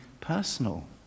personal